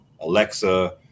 Alexa